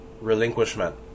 relinquishment